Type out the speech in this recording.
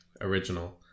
original